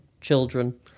children